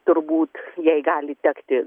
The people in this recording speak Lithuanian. turbūt jai gali tekti